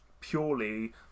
purely